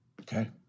Okay